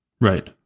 Right